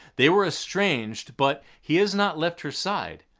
they were estranged, but he has not left her side.